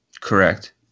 Correct